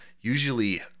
usually